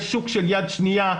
יש שוק של יד שנייה,